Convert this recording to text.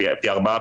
פי ארבעה,